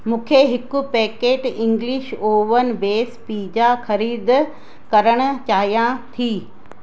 मूंखे हिकु packet English oven base pizza ख़रीदु करणु चाहियां थी